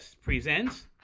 presents